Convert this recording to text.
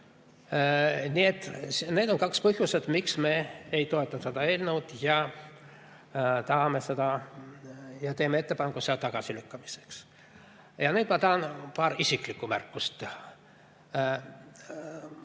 need on kaks põhjust, miks me ei toeta seda eelnõu ja teeme ettepaneku selle tagasilükkamiseks. Ja nüüd ma tahan paar isiklikku märkust teha.